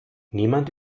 niemand